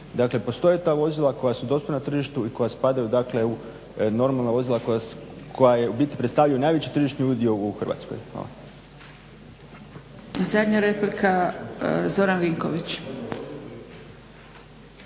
Dakle postoje ta vozila koja su dostupna na tržištu i koja spadaju dakle u normalna vozila koja je u biti predstavljaju najveći tržišni udio u Hrvatskoj.